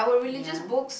ya